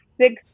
six